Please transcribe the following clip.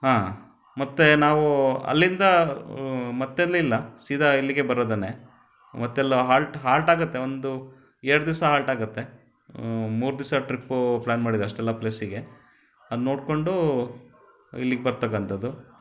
ಹಾಂ ಮತ್ತು ನಾವು ಅಲ್ಲಿಂದ ಮತ್ತೆಲ್ಲೂ ಇಲ್ಲ ಸೀದಾ ಇಲ್ಲಿಗೇ ಬರೋದೆ ಮತ್ತೆಲ್ಲೂ ಹಾಲ್ಟ್ ಹಾಲ್ಟಾಗುತ್ತೆ ಒಂದು ಎರಡು ದಿವಸ ಹಾಲ್ಟ್ ಆಗುತ್ತೆ ಮೂರು ದಿವಸ ಟ್ರಿಪ್ಪು ಪ್ಲಾನ್ ಮಾಡಿದ್ದು ಅಷ್ಟೆಲ್ಲ ಪ್ಲೇಸಿಗೆ ಅದು ನೋಡಿಕೊಂಡು ಇಲ್ಲಿಗೆ ಬರತಕ್ಕಂಥದ್ದು